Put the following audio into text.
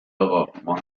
اقا، ما